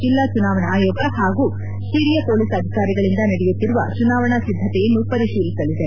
ಜಿಲ್ಲಾ ಚುನಾವಣಾ ಆಯೋಗ ಹಾಗೂ ಹಿರಿಯ ಪೊಲೀಸ್ ಅಧಿಕಾರಿಗಳಿಂದ ನಡೆಯುತ್ತಿರುವ ಚುನಾವಣಾ ಸಿದ್ದತೆಯನ್ನು ಪರಿಶೀಲಿಸಲಿದೆ